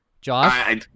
Josh